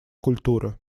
культуры